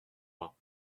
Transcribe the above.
vingts